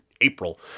April